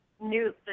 new